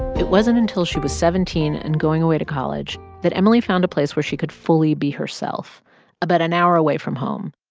it wasn't until she was seventeen and going away to college that emily found a place where she could fully be herself about an hour away from home,